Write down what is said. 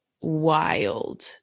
wild